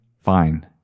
fine